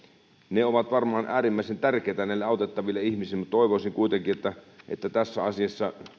ne ovat varmaan äärimmäisen tärkeitä niille autettaville ihmisille mutta toivoisin kuitenkin että että tässä asiassa